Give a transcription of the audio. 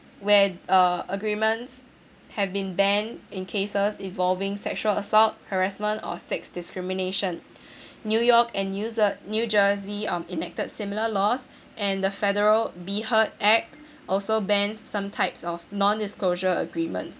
where uh agreements have been banned in cases involving sexual assault harassment or sex discrimination new york and new jer~ new jersey on enacted similar laws and the federal be heard act also banned some types of non disclosure agreement